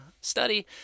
study